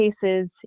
cases